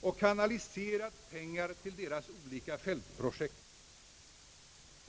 och kanaliserat pengar till deras olika fältprojekt.